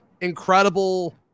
incredible